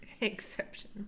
Exception